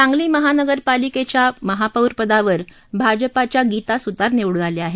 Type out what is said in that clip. सांगली महानगरपालिकेच्या महापौर पदावर भाजपाच्या गीता सुतार निवडून आल्या आहेत